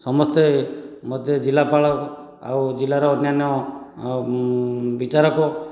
ସମସ୍ତେ ମୋତେ ଜିଲ୍ଲାପାଳ ଆଉ ଜିଲ୍ଲାର ଅନ୍ୟାନ୍ୟ ବିଚାରକ